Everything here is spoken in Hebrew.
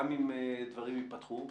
גם אם הדברים ייפתחו.